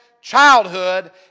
childhood